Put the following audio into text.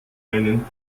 einen